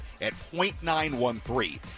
At.913